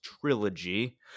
trilogy